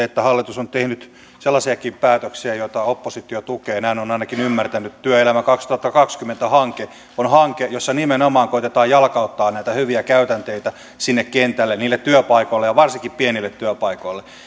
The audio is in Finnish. että hallitus on tehnyt sellaisiakin päätöksiä joita oppositio tukee näin olen ainakin ymmärtänyt työelämä kaksituhattakaksikymmentä hanke on hanke jossa nimenomaan koetetaan jalkauttaa näitä hyviä käytänteitä sinne kentälle työpaikoille ja varsinkin pienille työpaikoille